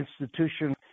institution